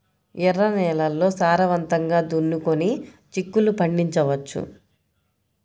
ఎర్ర నేలల్లో సారవంతంగా దున్నుకొని చిక్కుళ్ళు పండించవచ్చు